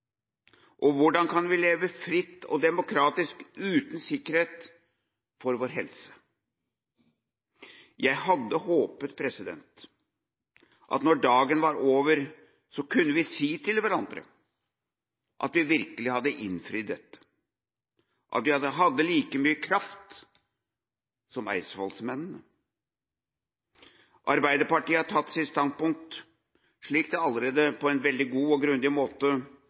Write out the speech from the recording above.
Og hvordan kan vi leve fritt og demokratisk uten sikkerhet for vår helse? Jeg hadde håpet at når dagen var over, så kunne vi si til hverandre at vi virkelig hadde innfridd dette, at vi hadde like mye kraft som eidsvollsmennene. Arbeiderpartiet har tatt sitt standpunkt, slik det allerede på en veldig god og grundig måte